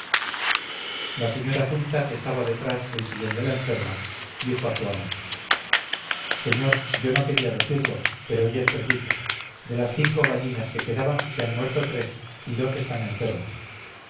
la señora sumta que estaba detrás del sillón de la enferma dijo a su amo señor yo no quería decirlo pero ello es preciso de las cinco gallinas que quedaban se han muerto tres y dos están enfermas